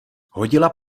hodila